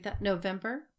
november